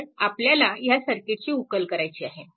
तर आपल्याला ह्या सर्किटची उकल करायची आहे